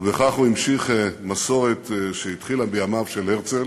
ובכך הוא המשיך מסורת שהתחילה בימיו של הרצל,